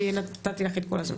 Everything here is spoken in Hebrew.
כי נתתי לך את כל הזמן.